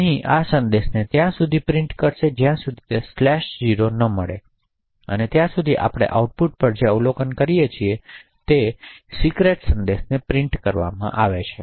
અહીં અને આ સંદેશને ત્યાં સુધી પ્રિન્ટ કરશે જ્યાં સુધી તે સ્લેશેડ 0 ન મળે ત્યાં સુધી આપણે આઉટપુટ પર જે અવલોકન કરીએ છીએ તે ગુપ્ત સંદેશ પ્રિન્ટ કરવામાં આવે છે